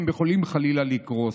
הם יכולים חלילה לקרוס.